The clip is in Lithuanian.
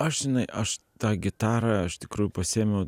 aš žinai aš tą gitarą iš tikrųjų pasiėmiau